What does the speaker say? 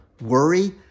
worry